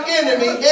enemy